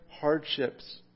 hardships